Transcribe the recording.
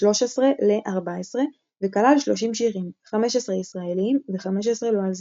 1300 ל-1600 – וכלל 30 שירים – 15 ישראליים ו-15 לועזיים.